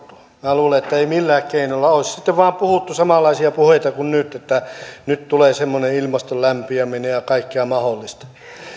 minä luulen että ei millään keinolla olisi sitten vain puhuttu samanlaisia puheita kuin nyt että nyt tulee semmoinen ilmaston lämpiäminen ja kaikkea mahdollista